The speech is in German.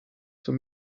zur